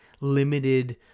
limited